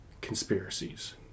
conspiracies